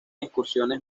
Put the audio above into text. excursiones